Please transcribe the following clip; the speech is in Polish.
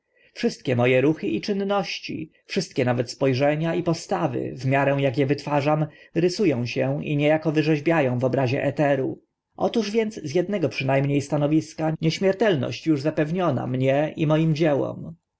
wszystkie mo e ruchy i czynności wszystkie nawet spo rzenia i postawy w miarę ak e wytwarzam rysu ą się i nie ako wyrzeźbia ą w obszarze eteru otóż więc z ednego przyna mnie stanowiska nieśmiertelność uż zapewniona mnie i moim dziełom